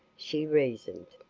she reasoned.